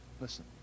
Listen